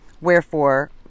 Wherefore